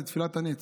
זו תפילת הנץ,